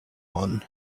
one